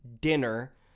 dinner